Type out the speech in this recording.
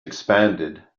expanded